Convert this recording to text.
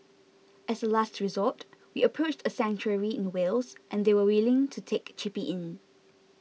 as a last resort we approached a sanctuary in Wales and they were willing to take Chippy in